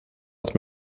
dat